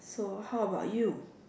so how about you